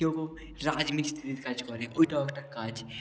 কেউ কেউ রাজমিস্ত্রিরির কাজ করে ওইটাও একটা কাজ